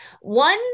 One